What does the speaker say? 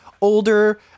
older